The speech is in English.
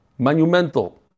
monumental